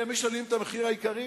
אתם משלמים את המחיר העיקרי.